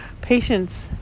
Patience